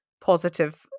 positive